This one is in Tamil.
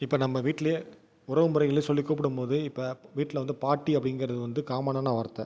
இப்போ நம்ம வீட்லேயே உறவுமுறைகளை சொல்லி கூப்புடும் போது இப்போ வீட்டில் வந்து பாட்டி அப்படிங்கிறது வந்து காமனான வார்த்தை